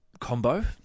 combo